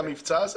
אחרי המבצע הזה?